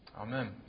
Amen